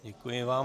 Děkuji vám.